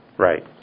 Right